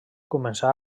començà